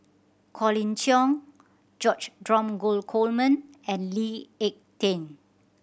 Colin Cheong George Dromgold Coleman and Lee Ek Tieng